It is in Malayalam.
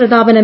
പ്രതാപൻ എം